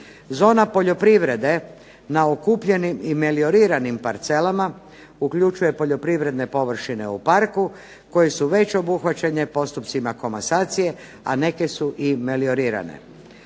Zona poljoprivrede na okupljenim i melioriranim parcelama uključuje poljoprivredne površine u parku koje su već obuhvaćene postupcima komasacije, a neke su i meliorirane.